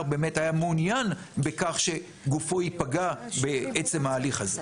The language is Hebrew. באמת היה מעוניין בכך שגופו יפגע בעצם ההליך הזה.